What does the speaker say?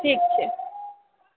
ठीक छै